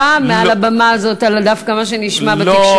מעל הבמה הזאת על מה שנשמע בתקשורת.